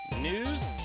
news